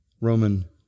Roman